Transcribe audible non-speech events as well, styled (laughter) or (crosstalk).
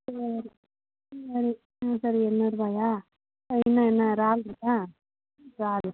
(unintelligible) ம் சரி எண்ணூறுரூபாயா இன்னும் என்ன இறால் இருக்கா இறால்